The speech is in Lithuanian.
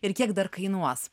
ir kiek dar kainuos